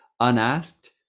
unasked